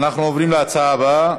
אנחנו עוברים להצעה הבאה,